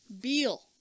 Beal